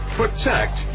protect